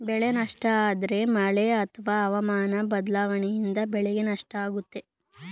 ಬೆಳೆ ನಷ್ಟ ಅಂದ್ರೆ ಮಳೆ ಅತ್ವ ಹವಾಮನ ಬದ್ಲಾವಣೆಯಿಂದ ಬೆಳೆಗೆ ನಷ್ಟ ಆಗುತ್ತೆ